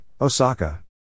Osaka